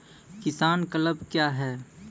किसान क्लब क्या हैं?